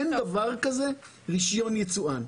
איך דבר כזה שנקרא רישיון יצואן.